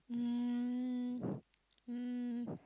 um um